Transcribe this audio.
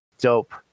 dope